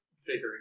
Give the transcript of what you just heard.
figuring